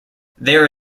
there